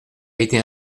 été